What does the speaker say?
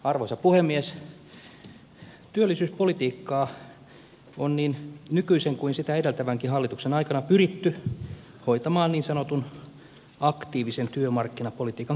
työllisyyspolitiikkaa on niin nykyisen kuin sitä edeltävänkin hallituksen aikana pyritty hoitamaan niin sanotun aktiivisen työmarkkinapolitiikan keinoin